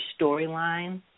storyline